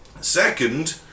Second